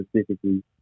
specifically